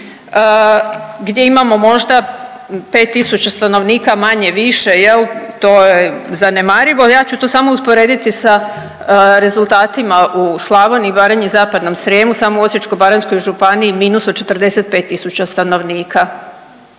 gdje imamo možda 5 tisuća stanovnika manje-više jel to je zanemarivo, ja ću to samo usporediti sa rezultatima u Slavoniji, Baranji i Zapadnom Srijemu. Samo u Osječko-baranjskoj županiji minus od 45 tisuća stanovnika.